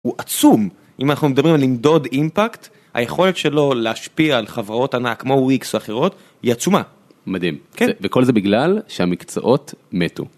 הוא עצום, אם אנחנו מדברים על למדוד אימפקט, היכולת שלו להשפיע על חברות ענק כמו וויקס ואחרות, היא עצומה. מדהים. וכל זה בגלל שהמקצועות מתו.